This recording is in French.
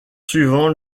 suivant